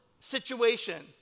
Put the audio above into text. situation